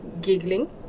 giggling